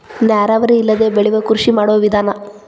ನೇರಾವರಿ ಇಲ್ಲದೆ ಬೆಳಿಯು ಕೃಷಿ ಮಾಡು ವಿಧಾನಾ